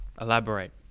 elaborate